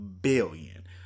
Billion